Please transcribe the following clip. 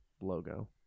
logo